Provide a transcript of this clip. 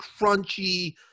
crunchy